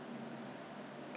很大瓶 hor